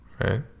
right